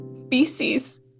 Species